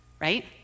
right